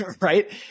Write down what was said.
right